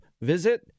visit